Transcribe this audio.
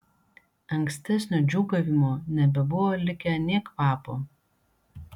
ankstesnio džiūgavimo nebebuvo likę nė kvapo